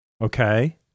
Okay